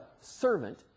servant